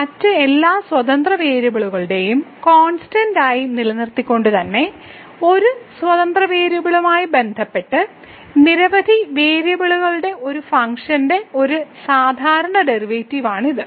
മറ്റ് എല്ലാ സ്വതന്ത്ര വേരിയബിളുകളെയും കോൺസ്റ്റന്റ് ആയി നിലനിർത്തിക്കൊണ്ടുതന്നെ ഒരു സ്വതന്ത്ര വേരിയബിളുമായി ബന്ധപ്പെട്ട് നിരവധി വേരിയബിളുകളുടെ ഒരു ഫംഗ്ഷന്റെ ഒരു സാധാരണ ഡെറിവേറ്റീവ് ആണ് ഇത്